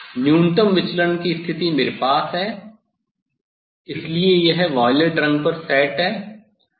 अगले न्यूनतम विचलन की स्थिति मेरे पास है इसलिए यह वायलेट रंग पर सेट है